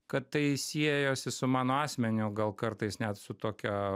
kad tai siejosi su mano asmeniu gal kartais net su tokia